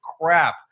crap